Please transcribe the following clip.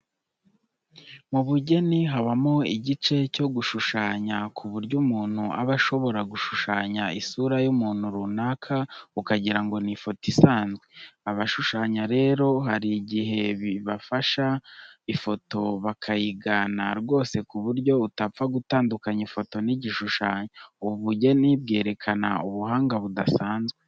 Mu bugeni habamo igice cyo gushushanya ku buryo umuntu aba ashobora gushushanya isura y'umuntu runaka ukagira ngo ni ifoto isanzwe. Abashushanya rero hari igihe bifashisha ifoto bakayigana rwose ku buryo utapfa gutandukanya ifoto n'igishushanyo. Ubu bugeni bwerekana ubuhanga budasanzwe.